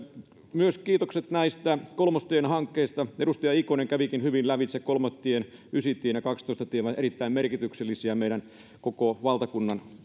myös kiitokset näistä kolmostien hankkeista edustaja ikonen kävikin hyvin lävitse kolmostien ysitien ja kaksitoista tien jotka ovat erittäin merkityksellisiä meidän koko valtakunnan